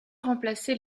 remplacer